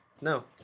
No